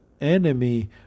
enemy